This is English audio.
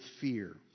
fear